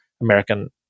American